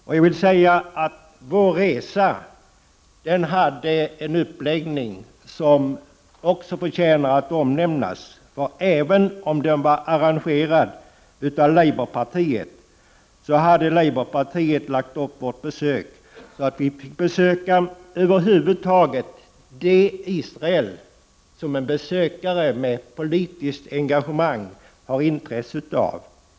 Och vår resa hade en uppläggning som förtjänar att omnämnas. Även om den var arrangerad av Labourpartiet, hade Labourpartiet lagt upp vårt besök på ett sådant sätt att vi fick besöka det Israel som en besökare med politiskt engagemang har intresse av.